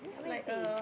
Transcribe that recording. yeah where is he